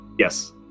Yes